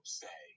say